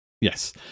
Yes